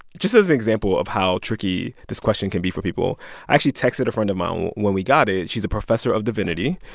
just as an example of how tricky this question can be for people, i actually texted a friend of mine um when we got it. she's a professor of divinity.